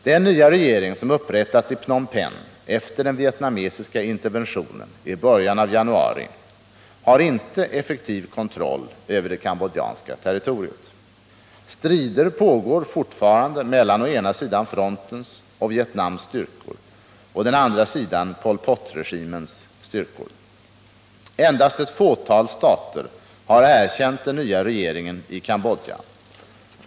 Den nya regering som upprättats i Phnom Penh efter den vietnamesiska interventionen i början av januari har inte effektiv kontroll över det cambodjanska territoriet. Strider pågår fortfarande mellan å ena sidan frontens och Vietnams styrkor, å andra sidan Pol Pot-regimens styrkor. Endast ett fåtal stater har erkänt den nya regeringen i Cambodja.